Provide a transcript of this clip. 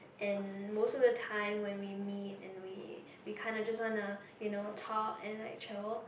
and most of the time when we meet and we we kinda just wanna you know talk and like chill